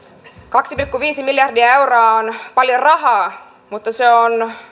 kaksi pilkku viisi miljardia euroa on paljon rahaa mutta se on